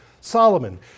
Solomon